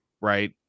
right